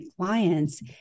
clients